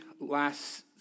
last